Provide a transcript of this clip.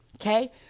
okay